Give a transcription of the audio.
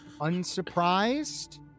unsurprised